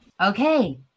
Okay